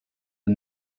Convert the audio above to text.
the